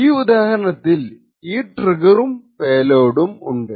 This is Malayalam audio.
ഈ ഉദാഹരണത്തിൽ ഈ ട്രിഗ്ഗറും പേലോഡും ഉണ്ട്